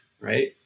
right